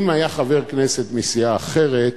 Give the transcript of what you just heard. אם היה חבר כנסת מסיעה אחרת,